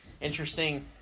Interesting